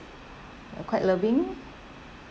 uh quite loving